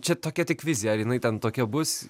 čia tokia tik vizija ar jinai ten tokia bus